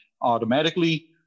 automatically